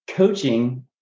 coaching